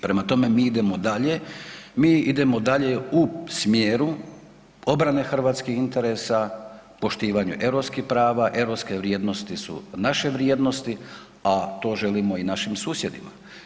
Prema tome, mi idemo dalje, mi idemo dalje u smjeru obrane hrvatskih interesa, poštivanje europskih prava, europske vrijednosti su naše vrijednosti, a to želimo i našim susjedima.